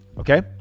Okay